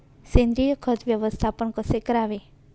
सेंद्रिय खत व्यवस्थापन कसे करावे?